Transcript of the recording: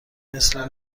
مثل